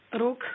Ruk